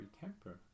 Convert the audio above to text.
temper